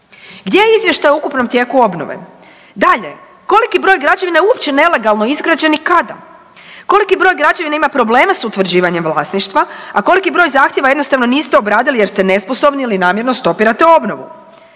Gdje je izvještaj o ukupnom tijeku obnove? Dalje, koliki broj građevina je uopće nelegalno izgrađen i kada? Koliki broj građevina ima probleme s utvrđivanjem vlasništva, a koliki broj zahtjeva jednostavno niste obradili jer ste nesposobni ili namjerno stopirate obnovu?